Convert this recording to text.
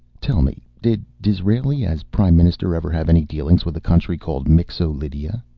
tell me, did disraeli, as prime minister, ever have any dealings with a country called mixo-lydia?